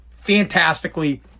Fantastically